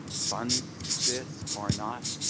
funds this or not,